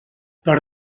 per